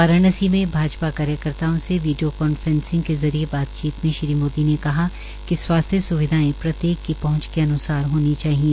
वाराणसी में भाजपा कार्यकर्ताओं से वीडियो कांफ्रेंसिंग के जरिये बातचीत में श्री मोदी ने कहा कि स्वास्थ्य सुविधाएं प्रत्येक की पहंच के अनुसार होनी चाहिए